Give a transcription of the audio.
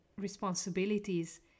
responsibilities